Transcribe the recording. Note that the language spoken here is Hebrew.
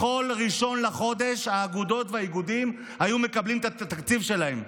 בכל 1 בחודש האגודות והאיגודים היו מקבלים את התקציב שלהם,